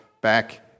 back